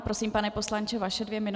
Prosím, pane poslanče, vaše dvě minuty.